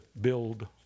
build